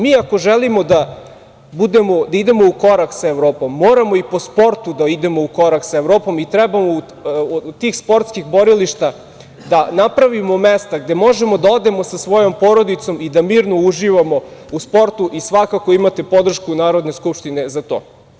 Mi ako želimo da idemo u korak sa Evropom moramo i po sportu da idemo u korak sa Evropom i trebamo od tih sportskih borilišta da napravimo mesta gde možemo da odemo sa svojom porodicom i da mirno uživamo u sportu i svakako imate podršku Narodne skupštine za to.